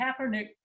Kaepernick